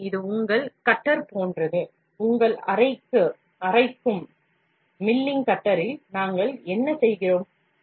எனவே இது உங்களிடம் உள்ள கட்டர் போன்றது உங்கள் அரைக்கும் கட்டரில் நாங்கள் என்ன செய்கிறோம்